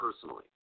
personally